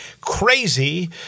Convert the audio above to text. crazy